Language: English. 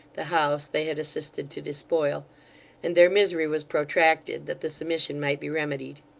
the house they had assisted to despoil and their misery was protracted that this omission might be remedied.